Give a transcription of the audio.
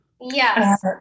Yes